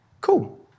Cool